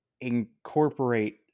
incorporate